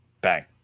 Bang